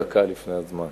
דקה לפני הזמן.